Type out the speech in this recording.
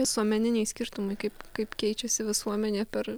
visuomeniniai skirtumai kaip kaip keičiasi visuomenė per